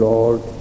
Lord